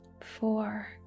four